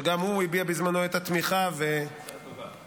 שגם הוא הביע בזמנו את התמיכה -- הצעה טובה.